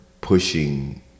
pushing